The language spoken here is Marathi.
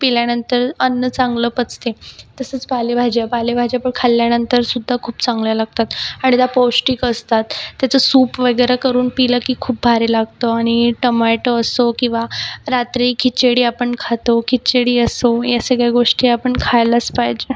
प्याल्यानंतर अन्न चांगलं पचते तसंच पालेभाज्या पालेभाज्या प खाल्ल्यानंतर सुद्धा खूप चांगल्या लागतात आणि त्या पौष्टिक असतात त्याचा सूप वगैरे करून प्यालं की खूप भारी लागतं आणि टमॅटो असो किंवा रात्री खिचडी आपण खातो खिचडी असो या सगळ्या गोष्टी आपण खायलाच पाहिजे